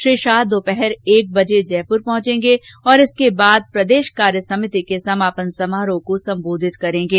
श्री शाह दोपहर एक बजे जयपुर पहुंचेगें और इसके बाद प्रदेश कार्य समिति के समापन समारोह को सम्बोधित करेंगे